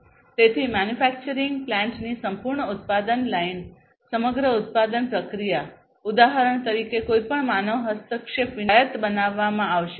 તેથી મેન્યુફેક્ચરીંગ પ્લાન્ટની સંપૂર્ણ ઉત્પાદન લાઇન સમગ્ર ઉત્પાદન પ્રક્રિયા ઉદાહરણ તરીકે કોઈ પણ માનવ હસ્તક્ષેપ વિના ઉચ્ચ સ્વાયત્ત બનાવવામાં આવશે